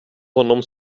honom